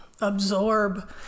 absorb